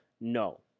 No